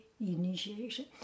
initiation